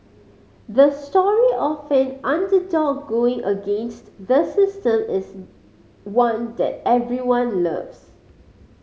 the story of an underdog going against the system is one that everyone loves